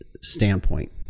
standpoint